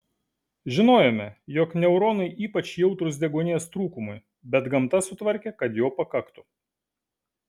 žinojome jog neuronai ypač jautrūs deguonies trūkumui bet gamta sutvarkė kad jo pakaktų